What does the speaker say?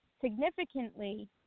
significantly